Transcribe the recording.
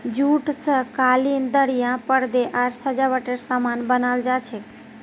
jute स कालीन दरियाँ परदे आर सजावटेर सामान बनाल जा छेक